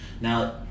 Now